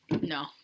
No